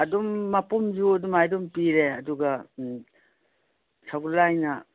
ꯑꯗꯨꯝ ꯃꯄꯨꯝꯁꯨ ꯑꯗꯨꯃꯥꯏꯅ ꯑꯗꯨꯝ ꯄꯤꯔꯦ ꯑꯗꯨꯒ ꯎꯝ ꯁꯍꯣꯜꯍꯋꯥꯏꯅ